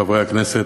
חברי הכנסת,